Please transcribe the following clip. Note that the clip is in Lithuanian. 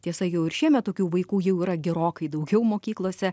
tiesa jau ir šiemet tokių vaikų jau yra gerokai daugiau mokyklose